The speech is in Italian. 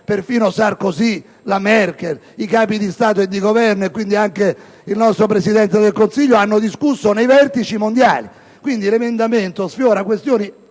perfino Sarkozy, la Merkel, i Capi di Stato e di Governo, e quindi anche il nostro Presidente del Consiglio, hanno discusso nei Vertici mondiali. Quindi, l'ordine del giorno sfiora questioni